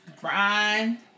Brian